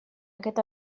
aquest